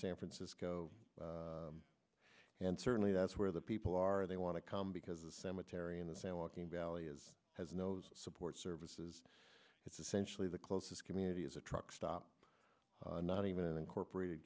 san francisco and certainly that's where the people are they want to come because a cemetery in the san joaquin valley is has nose support services it's essentially the closest community is a truckstop not even an incorporated